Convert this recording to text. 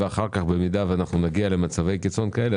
ואם נגיע למצבי קיצון כאלה,